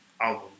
album